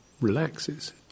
relaxes